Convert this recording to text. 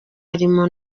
harimo